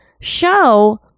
show